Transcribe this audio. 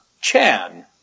Chan